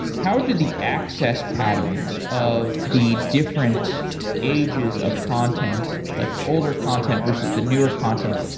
how do the access patterns of the different ages of content, like the older content versus the newer content,